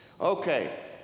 Okay